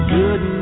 good